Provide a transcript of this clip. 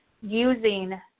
using